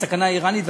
הסכנה האיראנית.